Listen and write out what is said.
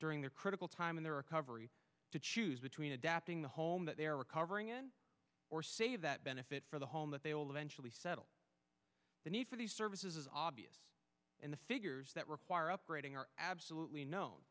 during the critical time in their recovery to choose between adapting the home that they are recovering in or say that benefits for the home that they will eventually settle the need for these services is obvious and the figures that require upgrading are absolutely kno